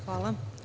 Hvala.